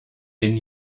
den